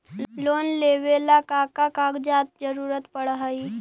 Loan लेवेला का का कागजात जरूरत पड़ हइ?